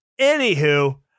Anywho